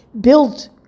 built